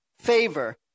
favor